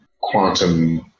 quantum